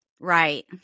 right